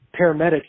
paramedics